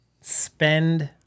spend